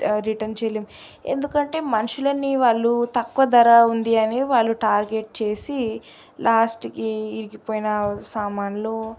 return చేయలేం ఎందుకంటే మనుషులని వాళ్ళు తక్కువ ధర ఉంది అని వాళ్ళు టార్గెట్ చేసి లాస్ట్కి విరిగిపోయిన సామాన్లు